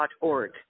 .org